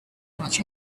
much